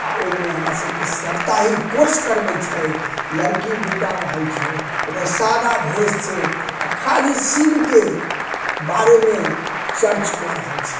आ ओहिमे हमरा सबके सब सप्ताहिक कोर्स करबैत छै लड़की दू टा रहैत छै ओकर सादा भेष छै आ खाली शिवके बारेमे चर्चा कऽ रहल छै